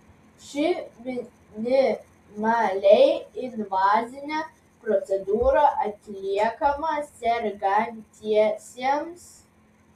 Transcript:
ši minimaliai invazinė procedūra atliekama sergantiesiems